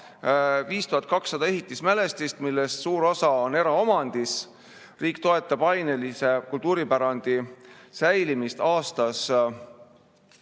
onca5200 ehitismälestist, millest suur osa on eraomandis. Riik toetab ainelise kultuuripärandi säilitamist aastas